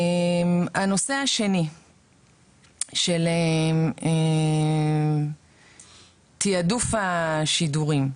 הנושא השני של תיעדוף השידורים,